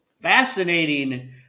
Fascinating